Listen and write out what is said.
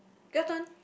your turn